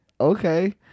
Okay